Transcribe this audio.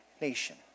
nation